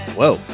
Whoa